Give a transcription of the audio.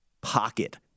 pocket